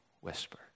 whisper